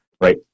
right